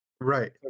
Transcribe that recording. Right